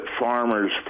farmers